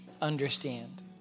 understand